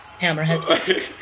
Hammerhead